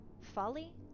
Folly